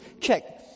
Check